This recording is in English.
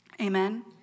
Amen